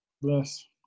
Yes